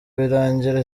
birangira